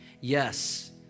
Yes